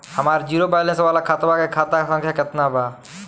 हमार zero balance वाला खतवा के खाता संख्या केतना बा?